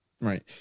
Right